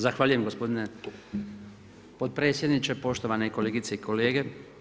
Zahvaljujem gospodine potpredsjedniče, poštovane kolegice i kolege.